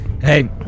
Hey